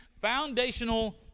foundational